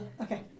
Okay